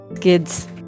Kids